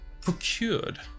Procured